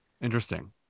Interesting